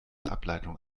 ableitung